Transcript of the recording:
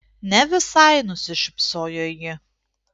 ne visai nusišypsojo ji